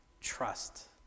Trust